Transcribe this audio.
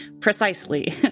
precisely